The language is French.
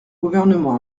gouvernement